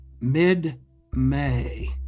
mid-May